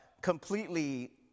completely